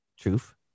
Truth